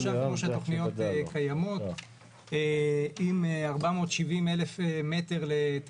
וכבר עכשיו כמו שהתכניות קיימות הוא עם 470,000 לתעסוקה.